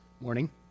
morning